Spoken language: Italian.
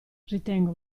ritengo